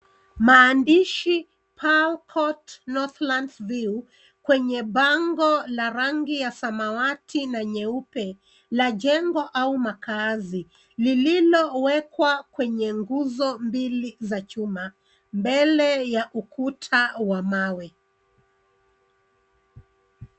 Maandishi Palcourt, Northlandsview kwenye bango la rangi ya samawati na nyeupe, la jengo au makazi, liliwekwa kwenye nguzo mbili za chuma, mbele ya ukuta wa mawe